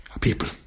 people